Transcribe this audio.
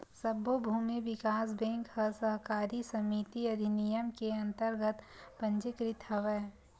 सब्बो भूमि बिकास बेंक ह सहकारी समिति अधिनियम के अंतरगत पंजीकृत हवय